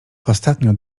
ostatnio